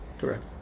correct